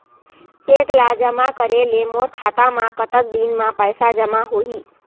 Cheque ला जमा करे ले मोर खाता मा कतक दिन मा पैसा जमा होही?